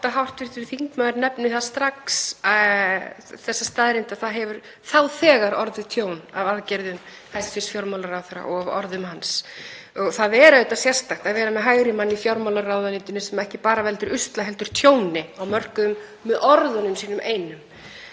gott að hv. þingmaður nefni strax þessa staðreynd að það hefur þá þegar orðið tjón af aðgerðum hæstv. fjármálaráðherra og orðum hans. Það er auðvitað sérstakt að vera með hægri mann í fjármálaráðuneytinu sem ekki bara veldur usla heldur tjóni á mörkuðum með orðunum sínum einum